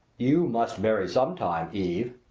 you must marry sometime. eve,